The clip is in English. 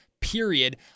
Period